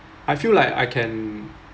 I feel like I can